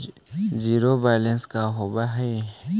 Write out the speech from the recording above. Zero balance का होव हइ?